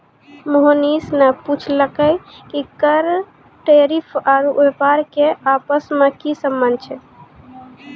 मोहनीश ने पूछलकै कि कर टैरिफ आरू व्यापार के आपस मे की संबंध छै